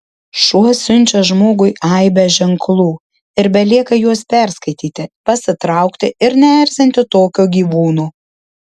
šuo siunčia žmogui aibę ženklų ir belieka juos perskaityti pasitraukti ir neerzinti tokio gyvūno